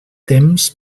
temps